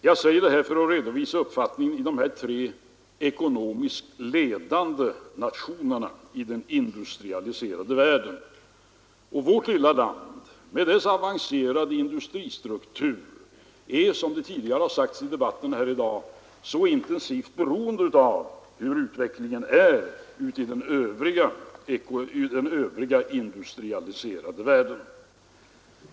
Jag nämner detta för att redovisa uppfattningen i de här tre ekonomiskt ledande nationerna i den industrialiserade världen. Och vårt lilla land, med dess avancerade industristruktur, är — som det tidigare har sagts i debatten här i dag — så intensivt beroende av hurdan utvecklingen är ute i den övriga industrialiserade världen.